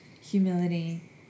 humility